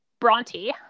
Bronte